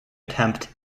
attempt